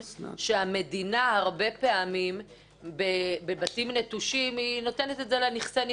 שהמדינה הרבה פעמים בבתים נטושים נותנת את זה לנכסי נפקדים.